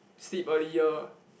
sleep earlier